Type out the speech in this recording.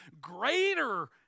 Greater